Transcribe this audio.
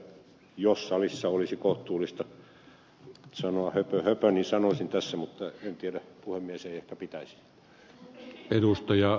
jos salissa olisi kohtuullista sanoa höpö höpö niin sanoisin tässä mutta en tiedä puhemies ei ehkä pitäisi siitä